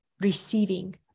receiving